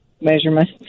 measurement